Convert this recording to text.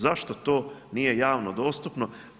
Zašto to nije javno dostupno?